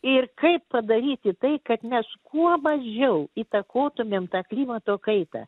ir kaip padaryti tai kad mes kuo mažiau įtakotumėn tą klimato kaitą